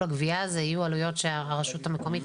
הגבייה הזה יהיו עלויות שהרשות המקומית